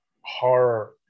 horror